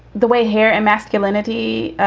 the way hair and masculinity